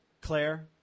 Claire